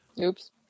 Oops